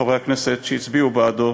ולחברי הכנסת שהצביעו בעדו.